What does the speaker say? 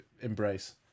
embrace